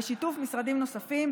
בשיתוף משרדים נוספים,